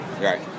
right